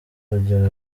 urugero